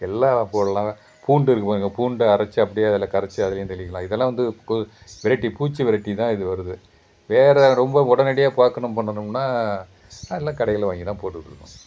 எல்லாம் போடலாம் பூண்டு இருக்குது பாருங்கள் பூண்டை அரைச்சி அப்படியே அதில் கரைச்சி அதையும் தெளிக்கலாம் இதெல்லாம் வந்து விரட்டி பூச்சி விரட்டி தான் இது வருது வேறு ரொம்ப உடனடியாக பார்க்கணும் பண்ணணும்னா நல்ல கடையில் வாங்கி தான் போட்டுட்டுருக்கோம்